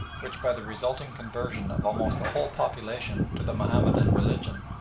which by the resulting conversion of almost the whole population to the mahomedan religion,